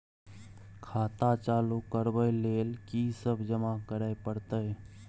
खाता चालू करबै लेल की सब जमा करै परतै?